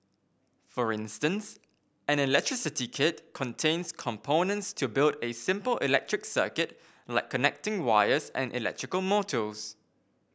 for instance an electricity kit contains components to build a simple electric circuit like connecting wires and electrical motors